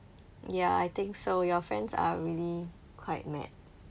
ya I think so your friends are really quite mad